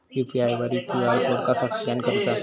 UPI वर QR code कसा scan करूचा?